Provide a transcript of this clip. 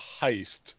heist